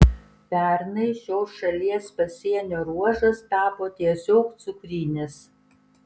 pernai šis šalies pasienio ruožas tapo tiesiog cukrinis